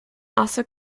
also